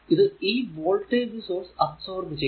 അത് ഈ voltage source absorb ചെയ്തു